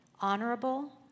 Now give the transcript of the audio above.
honorable